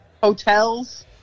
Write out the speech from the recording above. hotels